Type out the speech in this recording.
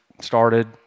started